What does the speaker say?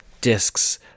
discs